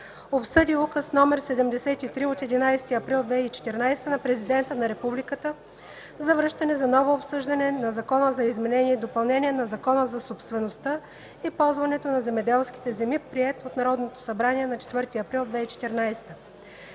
обсъди Указ № 73 от 11 април 2014 г. на Президента на Републиката за връщане за ново обсъждане на Закона за изменение и допълнение на Закона за собствеността и ползването на земеделските земи, приет от Народното събрание на 4 април 2014